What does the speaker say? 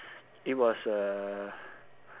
it was a